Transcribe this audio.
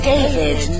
David